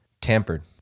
tampered